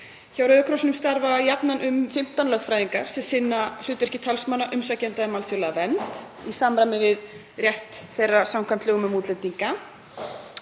Hjá Rauða krossinum starfa jafnan um 15 lögfræðingar sem sinna hlutverki talsmanna umsækjenda um alþjóðlega vernd í samræmi við rétt þeirra samkvæmt lögum um útlendinga,